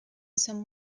some